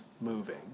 moving